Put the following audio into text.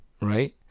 right